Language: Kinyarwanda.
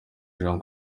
jean